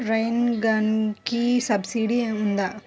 Rain గన్కి subsidy ఉందా?